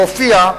והופיע,